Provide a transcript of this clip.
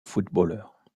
footballeur